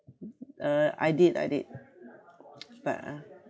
uh I did I did but uh